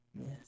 Yes